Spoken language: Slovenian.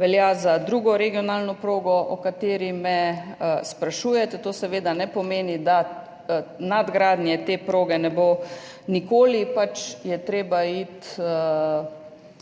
velja za drugo regionalno progo, o kateri me sprašujete. To seveda ne pomeni, da nadgradnje te proge ne bo nikoli, pač pa je treba iti